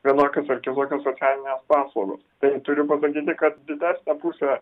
vienokios ar kitokios socialinės paslaugos tai turiu pasakyti kad didesnė pusė